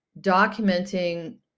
documenting